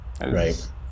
Right